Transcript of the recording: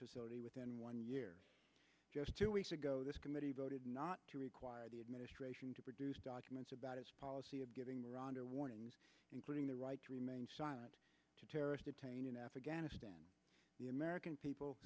facility within one year just two weeks ago this committee voted not to require the administration to produce documents about its policy of giving miranda warnings including the right to remain silent to terrorist detained in afghanistan the american people